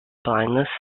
blindness